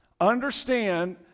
Understand